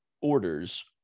orders